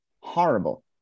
Horrible